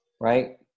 Right